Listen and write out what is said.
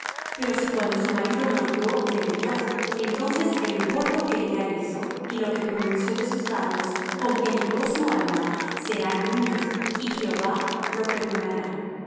pero si cuando su marido lo oyó le vedó entonces el voto que ella hizo y lo que pronunció de sus labios con que ligó su alma será nulo y jehová lo perdonará